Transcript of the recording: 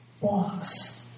walks